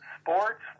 sports